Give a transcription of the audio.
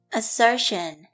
assertion